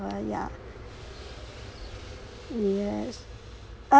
ya yes uh